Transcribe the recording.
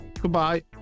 Goodbye